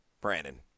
Brandon